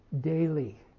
daily